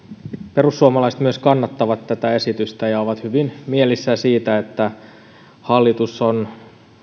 perussuomalaiset kannattavat tätä esitystä ja ovat hyvin mielissään siitä että hallitus on